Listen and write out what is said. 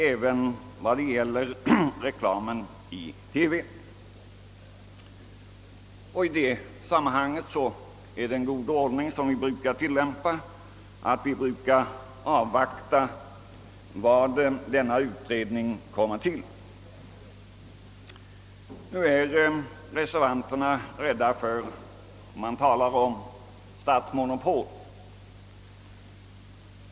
Den skall även behandla frågan om reklam i TV. Som bekant brukar vi avvakta en utrednings resultat. Reservanterna talar om statsmonopol.